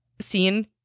seen